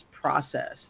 process